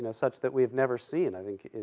ah such that we have never seen, i think,